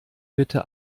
bitte